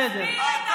אתה פה אמרת, בסדר.